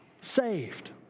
saved